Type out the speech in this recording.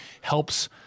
helps